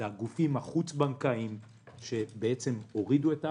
זה הגופים החוץ-בנקאיים שהורידו את האשראי.